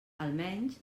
almenys